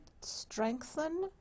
strengthen